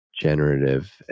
generative